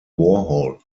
warhol